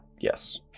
Yes